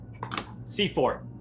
c4